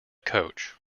coach